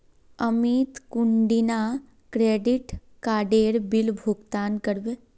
अमित कुंदिना क्रेडिट काडेर बिल भुगतान करबे